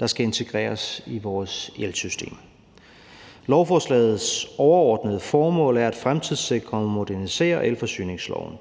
der skal integreres i vores elsystem. Lovforslagets overordnede formål er at fremtidssikre og modernisere elforsyningsloven.